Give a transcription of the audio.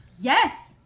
Yes